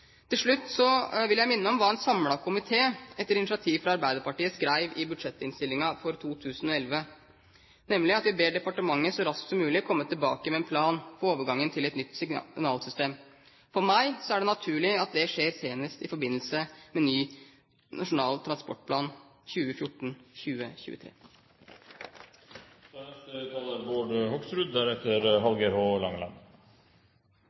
Til slutt vil jeg minne om hva en samlet komité etter initiativ fra Arbeiderpartiet skrev i budsjettinnstillingen for 2011, nemlig at vi ber departementet så raskt som mulig komme tilbake med en plan for overgangen til et nytt signalsystem. For meg er det naturlig at det skjer senest i forbindelse med ny Nasjonal transportplan 2014–2023. Da